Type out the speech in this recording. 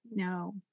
No